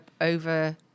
over